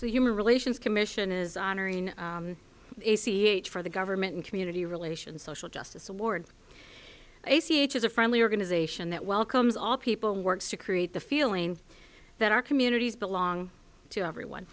so human relations commission is honoring a c h for the government and community relations social justice award a c h is a friendly organization that welcomes all people works to create the feeling that our communities belong to everyone